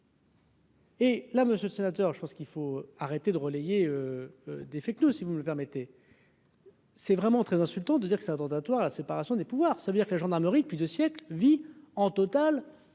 Et là, monsieur le sénateur, je pense qu'il faut arrêter de relayer des faits que nous si vous le permettez. C'est vraiment très insultant de dire que c'est attentatoire à la séparation des pouvoirs, ça veut dire que la gendarmerie depuis 2 siècles, vit en totale